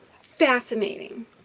fascinating